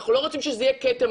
אנחנו לא רוצים שזה יהיה כתם,